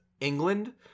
england